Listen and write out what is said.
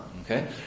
Okay